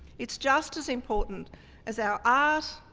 it's just as important as our ah